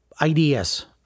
ideas